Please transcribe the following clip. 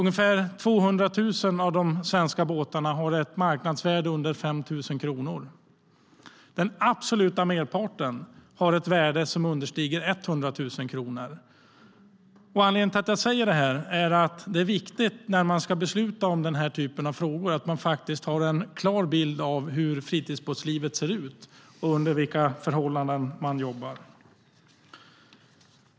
Ungefär 200 000 av de svenska båtarna har ett marknadsvärde under 5 000 kronor. Den absoluta merparten har ett värde som understiger 100 000 kronor. Anledningen till att jag säger det är att det är viktigt, när man ska besluta om den här typen av frågor, att ha en klar bild av hur fritidsbåtslivet ser ut och under vilka förhållanden man jobbar.